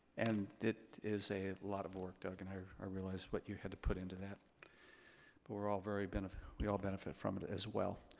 and it is a lot of work, doug, and i i realize what you had to put into that but we're all very, we all benefit from it as well.